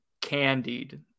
candied